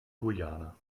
guyana